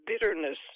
bitterness